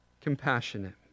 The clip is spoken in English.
compassionate